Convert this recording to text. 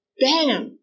bam